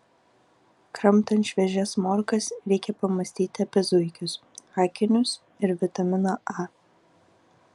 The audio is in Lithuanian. kramtant šviežias morkas reikai pamąstyti apie zuikius akinius ir vitaminą a